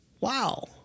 wow